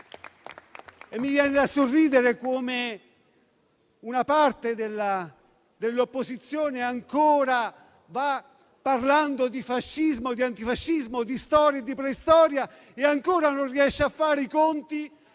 Mi viene da sorridere, se penso a come una parte dell'opposizione va ancora parlando di fascismo e antifascismo, di storia e di preistoria, e ancora non riesce a fare i conti